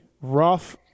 rough